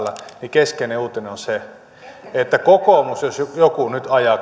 keskeinen uutinen on se kun kuntavaalitkin ovat tässä päällä että kokoomus jos joku nyt ajaa kaksilla rattailla